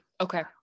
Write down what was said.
Okay